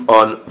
on